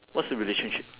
what's the relationship